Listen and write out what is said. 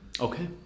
Okay